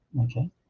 okay